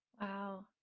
Wow